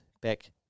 back